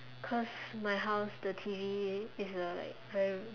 coz my house the T_V is like very